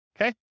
okay